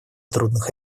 трудных